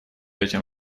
этим